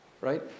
Right